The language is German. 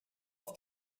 auf